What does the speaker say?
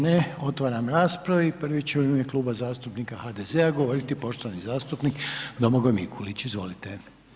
Ne, otvaram raspravu i prvi će u ime Kluba zastupnika HDZ-a govoriti poštovani zastupnik Domagoj Mikulić, izvolite.